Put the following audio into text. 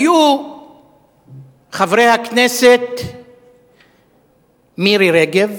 היו חברי הכנסת מירי רגב,